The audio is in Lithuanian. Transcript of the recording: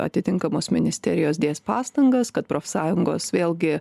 atitinkamos ministerijos dės pastangas kad profsąjungos vėlgi